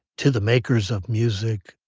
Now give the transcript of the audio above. to the makers of music,